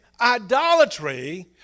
idolatry